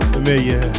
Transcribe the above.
Familiar